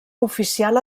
oficial